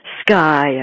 Sky